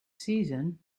season